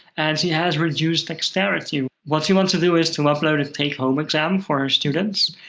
and she has reduced dexterity. what she wants to do is to upload a take-home exam for her students,